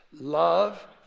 love